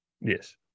Yes